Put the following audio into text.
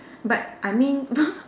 but I mean